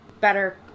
better